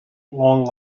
long